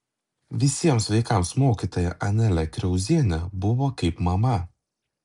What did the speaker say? visiems vaikams mokytoja anelė kriauzienė buvo kaip mama